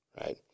right